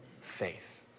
faith